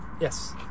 Yes